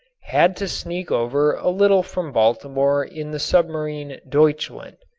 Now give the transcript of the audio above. had to sneak over a little from baltimore in the submarine deutschland.